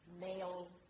male